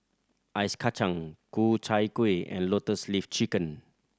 Ice Kachang Ku Chai Kuih and Lotus Leaf Chicken